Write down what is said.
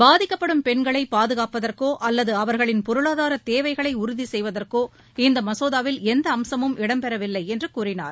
பாதிக்கப்படும் பெண்களை பாதுகாப்பதற்கோ அல்லது அவர்களின் பொருளாதார தேவைகளை உறுதி செய்வதற்கோ இந்த மசோதாவில் எந்த அம்சமும் இடம்பெறவில்லை என்று கூறினார்